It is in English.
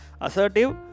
assertive